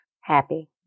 happy